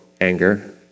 anger